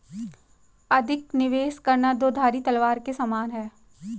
अधिक निवेश करना दो धारी तलवार के समान है